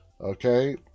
Okay